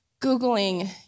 Googling